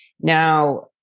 Now